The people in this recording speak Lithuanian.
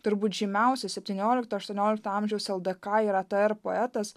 turbūt žymiausias septyniolikto aštuoniolikto amžiaus ldk ir atr poetas